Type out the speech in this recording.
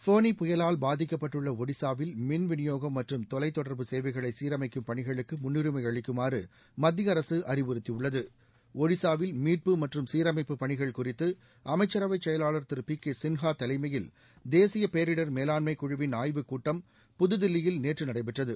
போனி புயவால் பாதிக்கப்பட்டுள்ள ஒடிசாவில் மின் விநியோகம் மற்றும் தொலைத் தொடர்பு சேவைகளை சீரமைக்கும் பணிகளுக்கு முன்னுரிமை அளிக்குமாறு மத்திய அரசு அறிவறுத்தியுள்ளது ஜடிசாவில் மீட்பு மற்றும் சீரமைப்பு பணிகள் குறித்து அமைச்சரவை செயலாளர் திரு பி கே சின்ஹா தலைமையில் தேசிய பேரிடம் மேலாண்மை குழுவின் ஆய்வுக் கூட்டம் புதுதில்லியில் நேற்று நடைபெற்றது